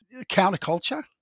counterculture